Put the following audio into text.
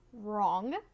wrong